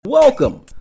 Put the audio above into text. Welcome